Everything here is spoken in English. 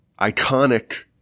iconic